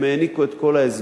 הם העניקו את כל ההסברים,